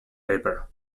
paper